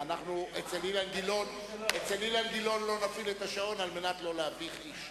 לא נפעיל את השעון על מנת לא להביך איש,